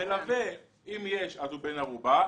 המלווה, אם יש, הוא בן ערובה.